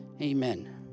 Amen